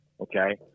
Okay